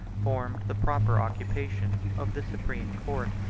formed the proper occupation of the supreme court.